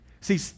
See